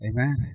Amen